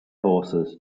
horses